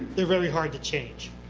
they are very hard to change.